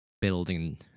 building